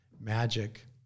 magic